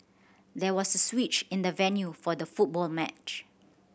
there was switch in the venue for the football match